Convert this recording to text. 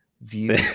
view